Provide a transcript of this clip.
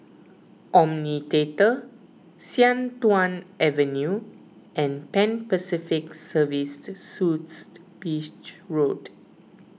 Omni theatre Sian Tuan Avenue and Pan Pacific Services Suites Beach Road